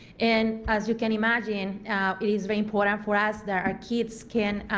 and as you can imagine it is very important for us that our kids can